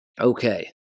Okay